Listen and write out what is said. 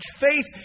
faith